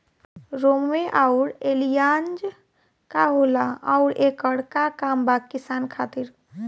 रोम्वे आउर एलियान्ज का होला आउरएकर का काम बा किसान खातिर?